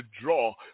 draw